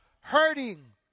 hurting